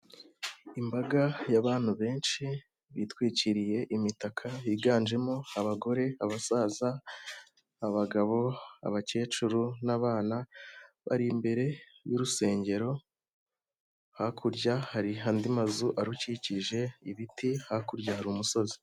Imbaga y'abantu benshi bitwikiriye imitaka yiganjemo abagore, abasaza, abagabo, abakecuru n'abana bari imbere y'urusengero, hakurya hari andi mazu arukikije, ibiti, hakurya hari umusozi.